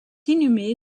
inhumé